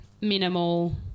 minimal